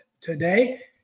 today